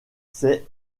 c’est